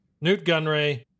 Newt-Gunray